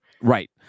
Right